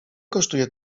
kosztuje